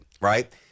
right